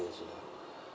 deals lah